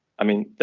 i mean,